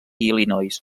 illinois